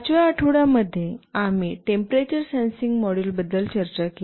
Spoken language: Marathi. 5 व्या आठवड्या मध्ये आम्ही टेम्परेचर सेन्सिंग मॉड्यूलबद्दल चर्चाकेली